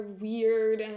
weird